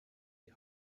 die